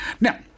Now